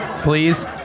please